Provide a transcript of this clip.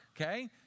okay